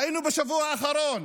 ראינו בשבוע האחרון